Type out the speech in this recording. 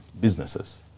businesses